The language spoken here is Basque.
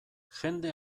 jende